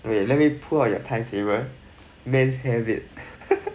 wait let me pull out your timetable men's habit